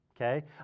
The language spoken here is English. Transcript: okay